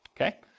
okay